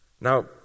Now